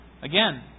Again